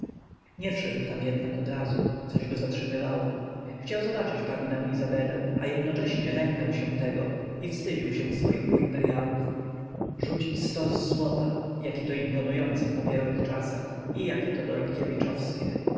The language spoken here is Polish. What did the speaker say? nie wszedł tam jednak odrazu coś go zatrzymywało chciał zobaczyć pannę izabelę a jednocześnie lękał się tego i wstydził się swoich półimperyałów rzucić stos złota jakieto imponujące w papierowych czasach i jakie to dorobkiewiczowskie